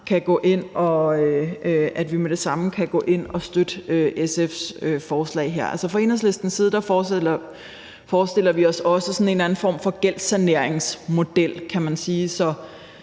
kan gå ind at støtte SF's forslag her. Fra Enhedslistens side forestiller vi os også sådan en eller anden form for gældssaneringsmodel, kan man sige,